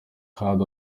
had